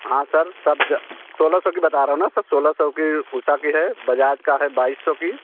हाँ सर सब सोलह सौ की बता रहा हूँ ना सर सोलह सौ का उषा का है बज़ाज़ का है बाइस सौ का